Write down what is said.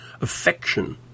affection